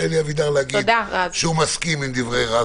אבידר אמר שהוא מסכים עם דברי רז